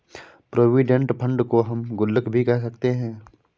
provident fund को हम गुल्लक भी कह सकते हैं